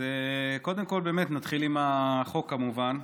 קודם כול באמת נתחיל עם החוק, כמובן.